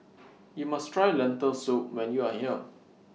YOU must Try Lentil Soup when YOU Are here